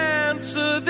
answer